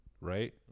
right